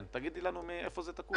תגידי לנו איפה זה תקוע.